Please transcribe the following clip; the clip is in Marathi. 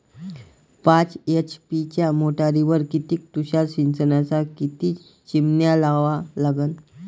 पाच एच.पी च्या मोटारीवर किती तुषार सिंचनाच्या किती चिमन्या लावा लागन?